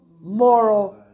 moral